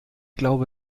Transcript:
glaube